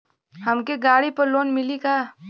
हमके गाड़ी पर लोन मिली का?